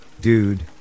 dude